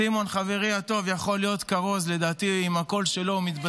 סימון, חברי הטוב, יכול להיות כרוז.